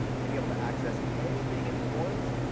being able to access anything in forms,